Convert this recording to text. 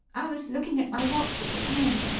i was looking at my watch at the time.